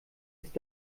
ist